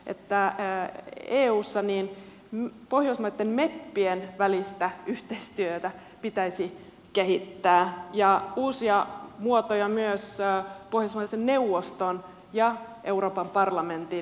ettää eu että eussa pohjoismaitten meppien välistä yhteistyötä pitäisi kehittää ja myös uusia muotoja pohjoismaiden neuvoston ja euroopan parlamentin jäsenten välillä